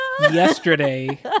yesterday